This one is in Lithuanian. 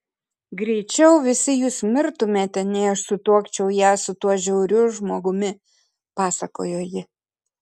greičiau visi jūs mirtumėte nei aš sutuokčiau ją su tuo žiauriu žmogumi pasakojo ji